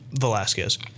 Velasquez